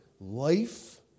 life